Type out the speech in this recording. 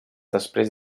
després